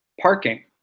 Parking